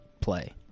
play